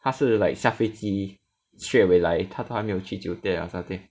他是 like 下飞机 straightaway 来他他没有去酒店 or something